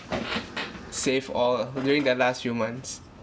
save all during that last few months